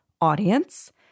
audience